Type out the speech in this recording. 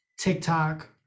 TikTok